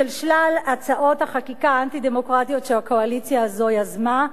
של שלל הצעות החקיקה האנטי-דמוקרטיות שהקואליציה הזאת יזמה.